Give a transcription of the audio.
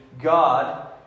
God